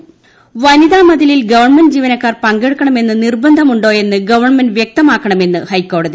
ട്ട വനിത മതിൽ വനിതാ മതിലിൽ ഗവൺമെന്റ് ജീവനക്കാർ പങ്കെടുക്കണമെന്ന് നിർബന്ധമുണ്ടോയെന്ന് ഗവൺമെന്റ് വ്യക്തമാക്കണമെന്ന് ഹൈക്കോടതി